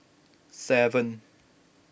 seven